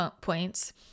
points